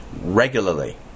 regularly